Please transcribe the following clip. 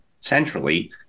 centrally